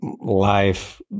life